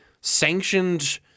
sanctioned